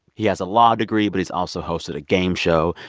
he has a law degree, but he's also hosted a game show.